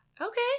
Okay